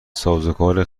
سازوکار